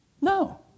No